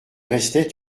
restait